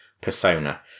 persona